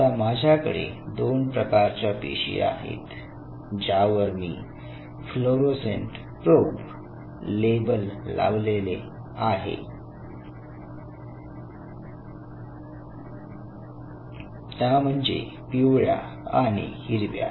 आता माझ्याकडे दोन प्रकारच्या पेशी आहेत ज्यावर मी फ्लोरोसेंट प्रोब लेबल लावलेले आहे त्या म्हणजे पिवळ्या आणि हिरव्या